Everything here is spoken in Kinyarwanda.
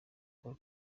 paul